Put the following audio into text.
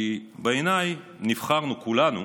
כי בעיניי נבחרנו כולנו